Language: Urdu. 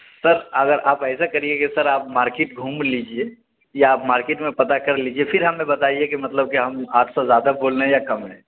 سر اگر آپ ایسا کریے کہ سر آپ مارکیٹ گھوم لیجیے یا آپ مارکیٹ میں پتا کر لیجیے پھر ہمیں بتائیے کہ مطلب کہ ہم آٹھ سو زیادہ بول رہے ہیں یا کم ہے